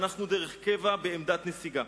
ואנחנו דרך קבע בעמדת נסיגה.